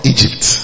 Egypt